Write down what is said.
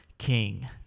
king